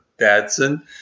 Dadson